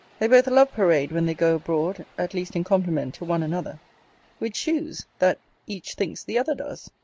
they both love parade when they go abroad, at least in compliment to one another which shews, that each thinks the other does.